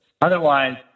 otherwise